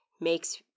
makes